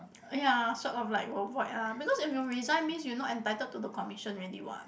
ya sort of like avoid ah because if you resign means you not entitled to the commission already what